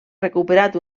recuperat